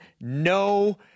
no